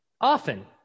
often